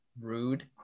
rude